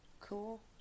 cool